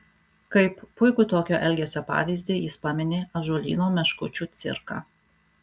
kaip puikų tokio elgesio pavyzdį jis pamini ąžuolyno meškučių cirką